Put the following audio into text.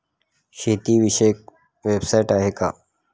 शेतीविषयक वेबसाइट आहे का?